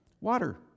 water